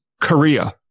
Korea